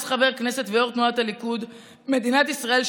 אז חבר כנסת ויו"ר תנועת הליכוד: מדינת ישראל,